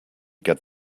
get